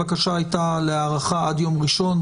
הבקשה הייתה להארכה עד יום ראשון,